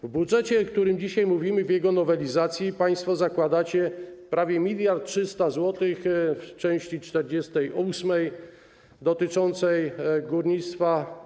W budżecie, o którym dzisiaj mówimy, w jego nowelizacji, państwo zakładacie prawie 1300 mln zł w części 48 dotyczącej górnictwa.